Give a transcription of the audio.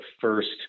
first